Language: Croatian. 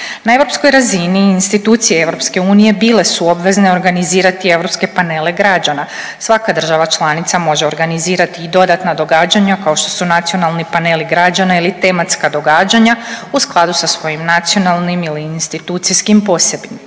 Na EU razini institucije EU bile su obvezne organizirati europske panele građana, svaka država članica može organizirati i dodatna događanja, kao što su nacionalni paneli građana ili tematska događanja, u skladu sa svojim nacionalnim ili institucijskim posebnostima.